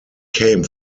came